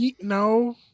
no